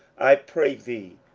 i pray thee,